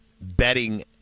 betting